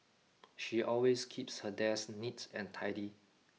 she always keeps her desk neat and tidy